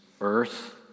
earth